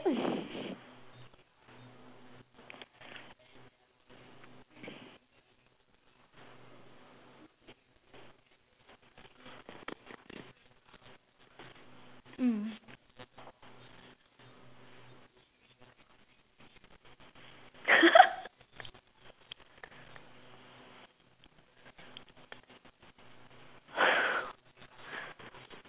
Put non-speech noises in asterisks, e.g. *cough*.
mm *laughs* *laughs*